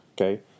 okay